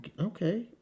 okay